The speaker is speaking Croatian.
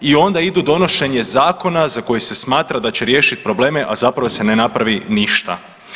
I onda idu donošenje zakona za koji se smatra da će riješiti probleme, a zapravo se ne napravi ništa.